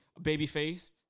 Babyface